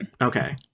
Okay